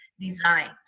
designed